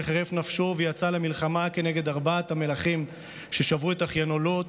שחירף נפשו ויצא למלחמה כנגד ארבעת המלכים ששבו את אחיינו לוט,